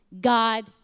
God